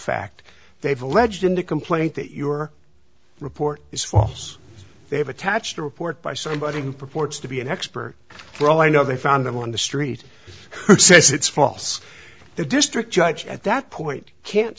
fact they've alleged in the complaint that your report is false they have attached a report by somebody who purports to be an expert for all i know they found them on the street says it's false the district judge at that point can't